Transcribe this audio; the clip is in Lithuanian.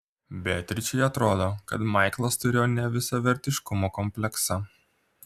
beatričei atrodo kad maiklas turėjo nevisavertiškumo kompleksą